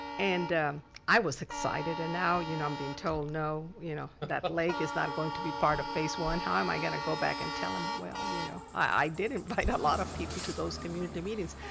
and i was excited, and now, you know i'm being told no, you know that but lake is not going to be part of phase one. how am i gonna go back and tell em, well, you know, i did invite a lot of people to those community meetings.